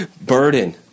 burden